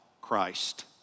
Christ